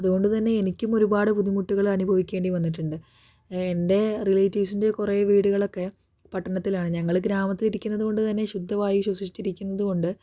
അതുകൊണ്ട് തന്നെ എനിക്കും ഒരുപാട് ബുദ്ധിമുട്ടുകൾ അനുഭവിക്കേണ്ടി വന്നിട്ടുണ്ട് എൻ്റെ റിലേറ്റീവ്സിൻ്റെ കുറേ വീടുകളൊക്കെ പട്ടണത്തിലാണ് ഞങ്ങൾ ഗ്രാമത്തിൽ ഇരിക്കുന്നത് കൊണ്ട് തന്നെ ശുദ്ധവായു ശ്വസിച്ചിരിക്കുന്നത് കൊണ്ട്